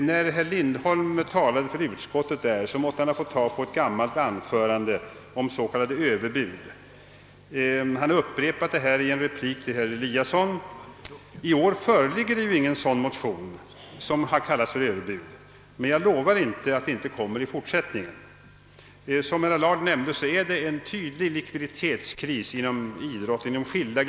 När herr Lindholm talade för utskottet måtte han ha fått tag på ett gammalt anförande om s.k. överbud; han upprepade också detta argument i en replik till herr Eliasson i Sundborn. I år föreligger ju ingen motion som handlar om »Överbud», men jag lovar inte att det inte kommer en sådan motion i fortsättningen. Som herr Allard nämnde råder en tydlig likviditetskris inom skilda grenar av idrottsrörelsen.